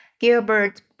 Gilbert